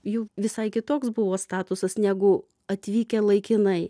jų visai kitoks buvo statusas negu atvykę laikinai